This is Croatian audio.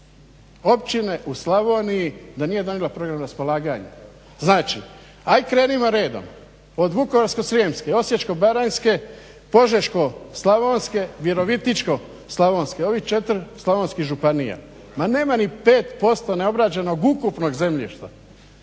općine u Slavoniji da nije donijela program raspolaganja. Znači, aj krenimo redom. Od Vukovarsko-srijemske, Osječko-baranjske, Požeško-slavonske, Virovitičko-slavonske, ovih 4 slavonskih županija. Ma nema ni 5% neobrađenog ukupnog zemljišta.